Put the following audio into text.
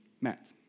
met